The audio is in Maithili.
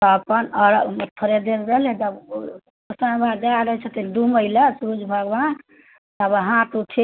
तऽ अपन अरघमे फेर जे भेलै तऽ समय दऽ दै छथिन डुबैले सूर्ज भगवान तब हाथ उठेलहुँ